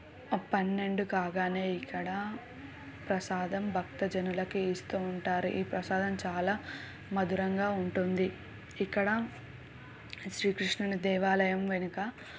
పన్నెండు కాగానే ఇక్కడ ప్రసాదం భక్తజనులకి ఇస్తూ ఉంటారు ఈ ప్రసాదం చాలా మధురంగా ఉంటుంది ఇక్కడ శ్రీకృష్ణుని దేవాలయం వెనుక